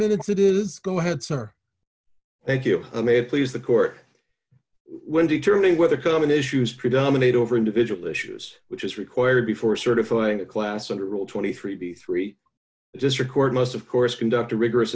minutes that is go ahead sir thank you may please the court when determining whether common issues predominate over individual issues which is required before certifying a class under rule twenty three b three just record must of course conduct a rigorous